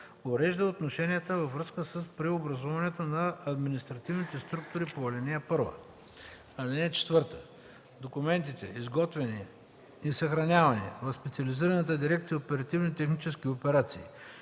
урежда отношенията във връзка с преобразуването на административните структури по ал. 1. (4) Документите, изготвени и съхранявани в специализираната дирекция